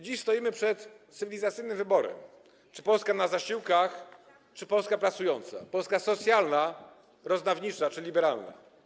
Dziś stoimy przed cywilizacyjnym wyborem: Polska na zasiłkach czy Polska pracująca, Polska socjalna, rozdawnicza czy liberalna.